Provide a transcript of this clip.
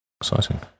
Exciting